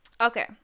Okay